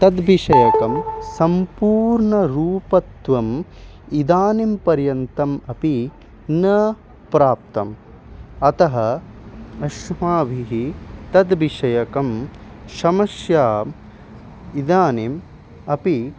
तद्विषयकं सम्पूर्णं रूपत्वम् इदानीं पर्यन्तम् अपि न प्राप्तम् अतः अस्माभिः तद्विषयकं समस्या इदानीम् अपि